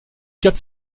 quatre